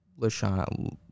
LaShawn